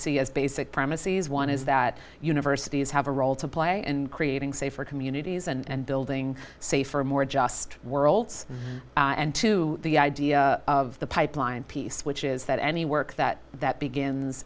see as basic premises one is that universities have a role to play in creating safer communities and building safer and more just worlds and to the idea of the pipeline piece which is that any work that that begins